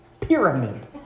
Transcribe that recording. pyramid